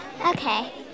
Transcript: Okay